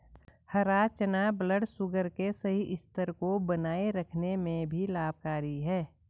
हरा चना ब्लडशुगर के सही स्तर को बनाए रखने में भी लाभकारी है